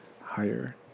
higher